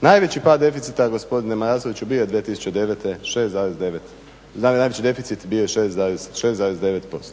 Najveći pad deficita, gospodine Marasoviću, bio je 2009.